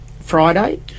Friday